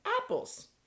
Apples